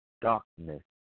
darkness